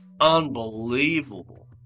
unbelievable